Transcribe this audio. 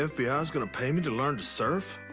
the fbi's gonna pay me to learn to surf?